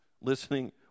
listening